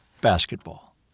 basketball